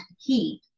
heat